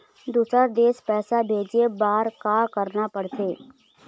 दुसर देश पैसा भेजे बार का करना पड़ते?